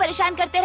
but shankar